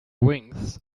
wings